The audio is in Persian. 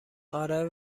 آره